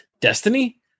destiny